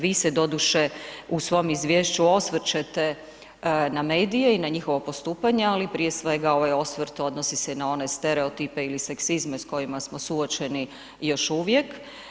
Vi se doduše u svom izvješću osvrćete na medije i na njihovo postupanje ali prije svega ovaj osvrt odnosi se na one stereotipe ili seksizme s kojima smo suočeni još uvijek.